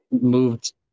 moved